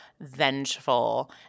vengeful